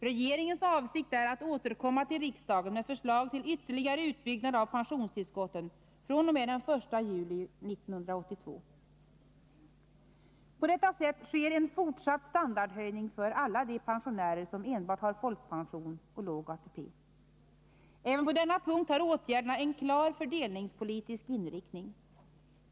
Regeringens avsikt är att återkomma till riksdagen med förslag till ytterligare utbyggnad av pensionstillskotten fr.o.m. den 1 juli 1982. På detta sätt sker en fortsatt standardhöjning för alla de pensionärer som enbart har folkpension och låg ATP. Även på denna punkt har åtgärderna en klar fördelningspolitisk inriktning.